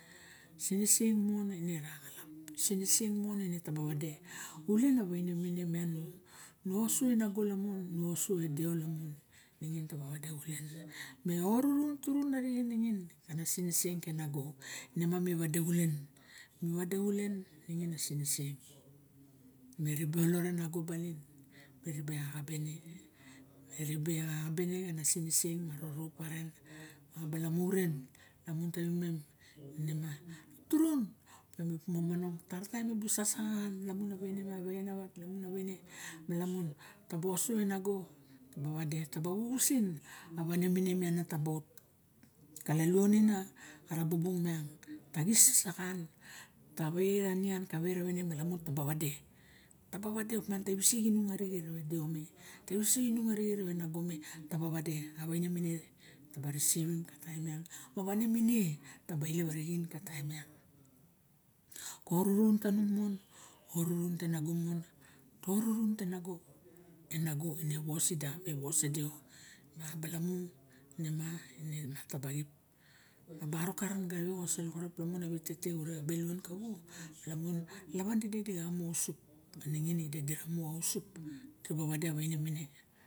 A siniseng mon ine ra xalap, a siniseng mon ine taba vade, ulen a vaine mine miang nu uso e nago lamun, ru uso e deo lamun. Nixin ta ba vade xulen, me orurun turun arixen ningin ana siniseng ke nago. Ine ma mi vade xulen, mi vade xulen ningin a siniseng. Me ribe alot e nago balin, me ribe axabe ne. E ribe axabe ne kana siniseng ma rorop aren ma a balamuren lamun ta vimem. Ine miang turun mi buk momonong tara taim mi bu sasaxan lamun a vaine, a vexe ravat, lamun a vaine, lamun taba oso e nago taba vade, taba vuvsin, a vaine mine miang taba ot. Kalaluonin ara bungbung miang taxis sasaxan, kavae ra nian, kavae ra vaine malamun taba vade, taba vade op miang tai isik inung arixe re vedeo me. Tai visik inung arixe re ve nago me, taba vade, a vaine mine ta ba risivim ka taim miang, ma vaine mine taba elep ka taim miang. Orurun tanung mon, orurun te nago mon. Orurun te nago, e nago ine a vosida, evosideo, ma balamu ine ma na taba xip. Ma barok karen ga io xa soloxorop lamun a vitete xa belon kavu, malamun lavan tide di ga mu usup ma ningin ide di ra mu usup, di ra ba vade avaine mine.